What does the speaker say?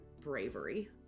bravery